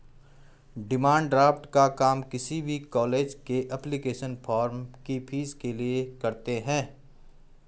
demand draft का काम किसी भी कॉलेज के एप्लीकेशन फॉर्म की फीस के लिए करते है